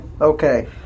Okay